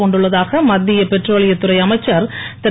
பூண்டுள்ளதாக மத்திய பெட்ரோலியத் துறை அமைச்சர் திரு